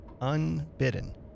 unbidden